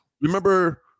Remember